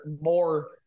more